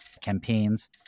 campaigns